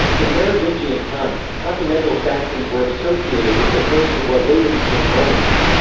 in merovingian times, continental saxons were associated with the coast of what later became normandy.